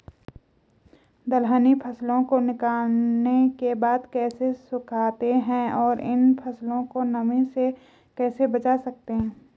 दलहनी फसलों को निकालने के बाद कैसे सुखाते हैं और इन फसलों को नमी से कैसे बचा सकते हैं?